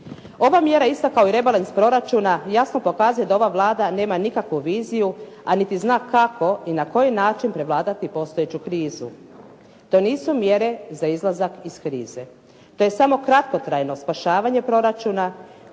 Ova mjera je ista kao rebalans proračuna, jasno pokazuje da ova Vlada nema nikakvu viziju a niti zna kako i na koji način prevladati postojeću krizu. To nisu mjere za izlazak iz krize. To je samo kratkotrajno spašavanje proračuna